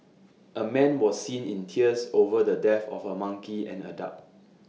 A man was seen in tears over the death of A monkey and A duck